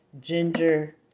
ginger